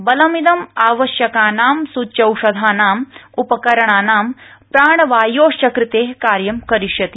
बलमिदं आवश्यकानां सूच्योषधानां उपकरणानां प्राण वायोश्चकृते कार्य करिष्यति